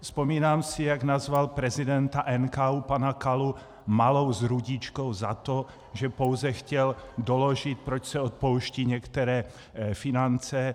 Vzpomínám si, jak nazval prezidenta NKÚ pana Kalu malou zrůdičkou za to, že pouze chtěl doložit, proč se odpouštějí některé finance.